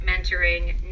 Mentoring